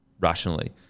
rationally